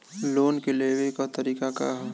Loan के लेवे क तरीका का ह?